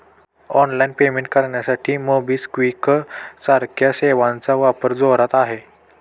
online payment करण्यासाठी मोबिक्विक सारख्या सेवांचा वापर जोरात आहे